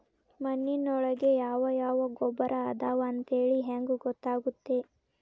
ಮಣ್ಣಿನೊಳಗೆ ಯಾವ ಯಾವ ಗೊಬ್ಬರ ಅದಾವ ಅಂತೇಳಿ ಹೆಂಗ್ ಗೊತ್ತಾಗುತ್ತೆ?